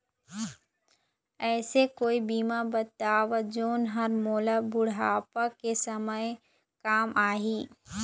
ऐसे कोई बीमा बताव जोन हर मोला बुढ़ापा के समय काम आही?